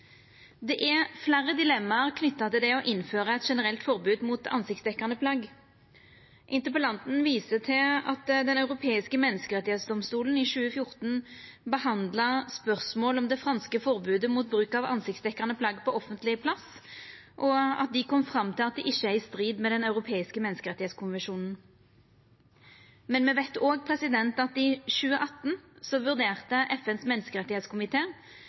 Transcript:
Det er fleire dilemma knytte til det å innføra eit generelt forbod mot ansiktsdekkjande plagg. Interpellanten viser til at Den europeiske menneskerettsdomstol i 2014 behandla spørsmål om det franske forbodet mot bruk av ansiktsdekkjande plagg på offentleg plass, og at dei kom fram til at det ikkje er i strid med Den europeiske menneskerettskonvensjon. Men me veit òg at i 2018 vurderte FNs